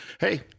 hey